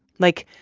like,